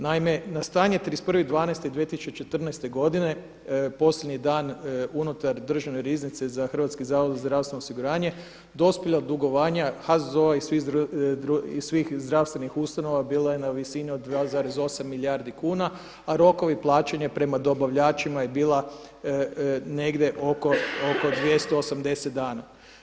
Naime, na stanje 31.21.2014. godine posljednji dan unutar Državne riznice za Hrvatski zavod za zdravstveno osiguranje dospjela dugovanja HZZO i svih zdravstvenih ustanova bila je na visini od 2,8 milijardi kuna a rokovi plaćanja prema dobavljačima je bila negdje oko 289 dana.